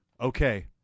okay